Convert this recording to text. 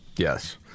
Yes